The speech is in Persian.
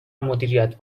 مدیریت